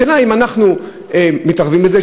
השאלה היא אם אנחנו מתערבים בזה,